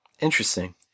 interesting